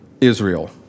Israel